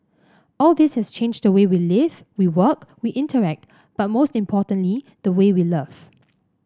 all this has changed the way we live we work we interact but most importantly the way we love